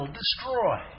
destroy